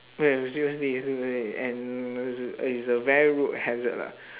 eh no seriously it's too many and it's it's a very road hazard lah